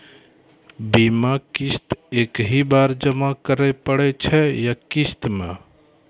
बीमा किस्त एक ही बार जमा करें पड़ै छै या किस्त मे?